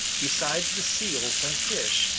besides the seals and fish,